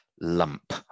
lump